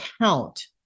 count